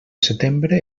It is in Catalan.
setembre